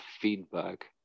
feedback